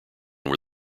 were